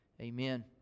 Amen